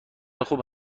خوب